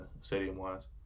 stadium-wise